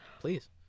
please